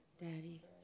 Daddy